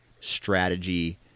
strategy